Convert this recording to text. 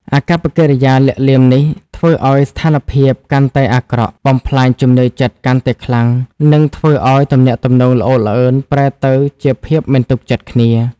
អាកប្បកិរិយាលាក់លៀមនេះធ្វើឲ្យស្ថានភាពកាន់តែអាក្រក់ បំផ្លាញជំនឿចិត្តកាន់តែខ្លាំង និងធ្វើឲ្យទំនាក់ទំនងល្អូកល្អឺនប្រែទៅជាភាពមិនទុកចិត្តគ្នា។